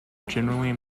generally